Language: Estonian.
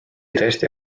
tõesti